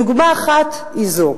דוגמה אחת היא זו,